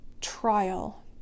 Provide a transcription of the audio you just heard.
trial